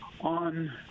on